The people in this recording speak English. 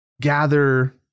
gather